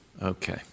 Okay